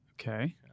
Okay